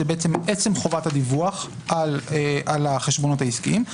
עצם חובת הדיווח על החשבונות העסקיים.